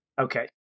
Okay